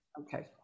Okay